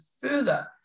further